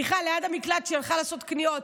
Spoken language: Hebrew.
סליחה, ליד המקלט, כשהיא הלכה לעשות קניות.